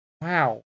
Wow